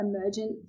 emergent